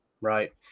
right